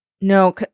no